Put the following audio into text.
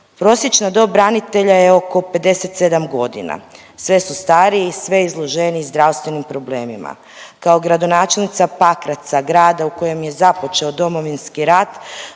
Prosječna dob branitelja je oko 57 godina. Sve su stariji, sve izloženiji zdravstvenim problemima. Kao gradonačelnica Pakraca, grada u kojem je započeo Domovinski rat